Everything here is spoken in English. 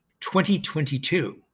2022